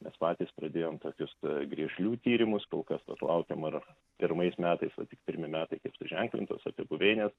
mes patys pradėjom tokius griežlių tyrimus kol kas vat laukiam ar pirmais metais va tik pirmi metai kaip suženklintos apie buveines